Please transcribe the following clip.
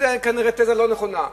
זאת כנראה תזה לא נכונה.